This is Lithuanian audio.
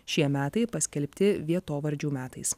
šie metai paskelbti vietovardžių metais